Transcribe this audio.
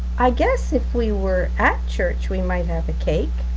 i guess if we were at church, we might have a cake.